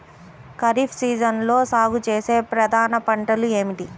ఖరీఫ్ సీజన్లో సాగుచేసే ప్రధాన పంటలు ఏమిటీ?